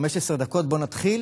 בוודאי,